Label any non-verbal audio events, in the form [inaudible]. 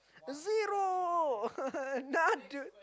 zero [laughs] none dude